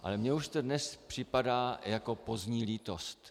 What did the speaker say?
Ale mně už to dnes připadá jako pozdní lítost.